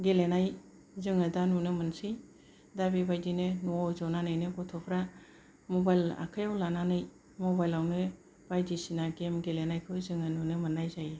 गेलेनाय जोङो दा नुनो मोनसै दा बेबायदिनो न'आव जनानैनो गथ'फोरा मबाइल आखायाव लानानै मबाइलावनो बायदिसिना गेम गेलेनायखौ जोङो नुनो मोननाय जायो